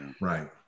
Right